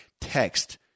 text